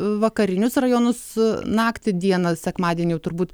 vakarinius rajonus naktį dieną sekmadienį jau turbūt